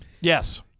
Yes